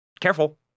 careful